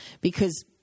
because-